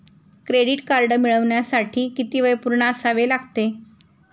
Credit card मिळवण्यासाठी किती वय पूर्ण असावे लागते?